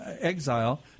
exile